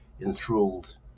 enthralled